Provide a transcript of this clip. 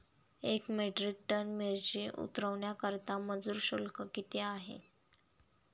एक metric ton मिरची उतरवण्याकरता मजुर शुल्क किती आहे?